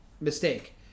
mistake